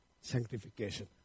sanctification